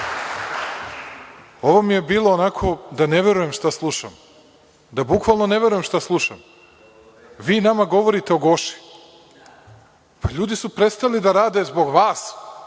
ovo mi je bilo onako da ne verujem šta slušam, da bukvalno ne verujem šta slušam. Vi nama govorite o „Goši“, pa ljudi su prestajali da rade zbog vas,